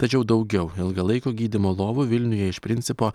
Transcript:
tačiau daugiau ilgalaikio gydymo lovų vilniuje iš principo